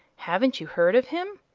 haven't you heard of him?